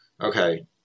okay